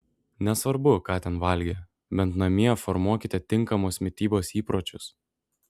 nesvarbu ką ten valgė bent namie formuokite tinkamos mitybos įpročius